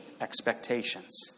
expectations